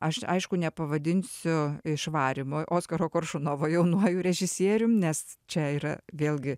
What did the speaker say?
aš aišku nepavadinsiu išvarymo oskaro koršunovo jaunuoju režisierium nes čia yra vėlgi